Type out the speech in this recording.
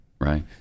right